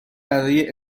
برای